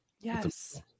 Yes